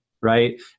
right